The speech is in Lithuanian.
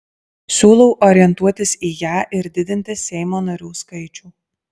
siūlau orientuotis į ją ir didinti seimo narių skaičių